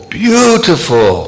beautiful